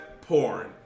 porn